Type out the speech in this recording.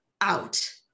out